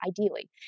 ideally